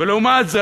ולעומת זה,